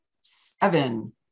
seven